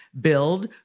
Build